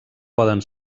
poden